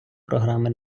програми